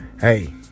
hey